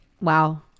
Wow